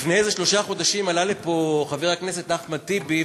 לפני איזה שלושה חודשים עלה לפה חבר הכנסת אחמד טיבי,